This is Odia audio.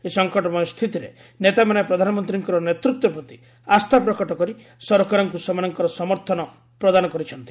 ଏହି ସଙ୍କଟମୟ ସ୍ଥିତିରେ ନେତାମାନେ ପ୍ରଧାନମନ୍ତ୍ରୀଙ୍କ ନେତୃତ୍ୱ ପ୍ରତି ଆସ୍ଥାପ୍ରକଟ କରି ସରକାରଙ୍କୁ ସେମାନଙ୍କର ସମର୍ଥନ ପ୍ରଦାନ କରିଛନ୍ତି